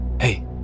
Hey